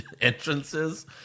Entrances